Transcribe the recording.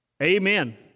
Amen